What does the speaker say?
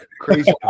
crazy